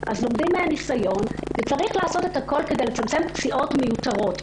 אז לומדים מן הניסיון וצריך לעשות הכול כדי לצמצם פציעות מיותרות.